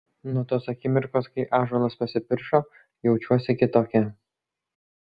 nuo tos akimirkos kai ąžuolas pasipiršo jaučiuosi kitokia